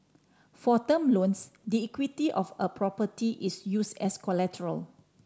for term loans the equity of a property is used as collateral